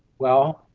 well,